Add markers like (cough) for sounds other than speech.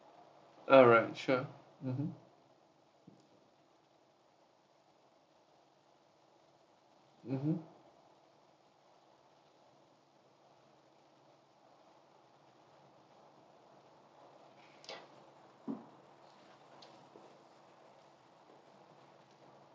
alright sure mmhmm mmhmm (breath)